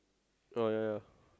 oh ya ya